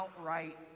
outright